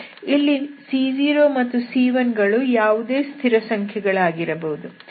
ಇಲ್ಲಿ c0 ಮತ್ತು c1 ಗಳು ಯಾವುದೇ ಸ್ಥಿರಸಂಖ್ಯೆಗಳಾಗಿರಬಹುದು